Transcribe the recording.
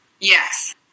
Yes